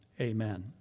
amen